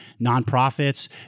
nonprofits